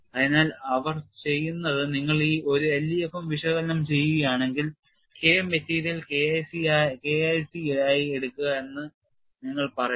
അതിനാൽ അവർ ചെയ്യുന്നത് നിങ്ങൾ ഒരു LEFM വിശകലനം ചെയ്യുകയാണെങ്കിൽ K മെറ്റീരിയൽ K IC ആയി എടുക്കുക എന്ന് നിങ്ങൾ പറയുന്നു